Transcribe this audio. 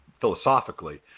philosophically